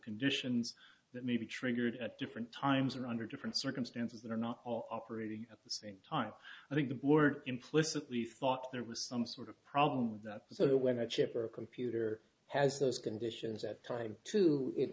conditions that may be triggered at different times or under different circumstances that are not all operating at the same time i think the board implicitly thought there was some sort of problem with that so when the chip or a computer has those conditions at time too it